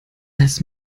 als